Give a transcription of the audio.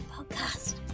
Podcast